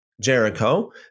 Jericho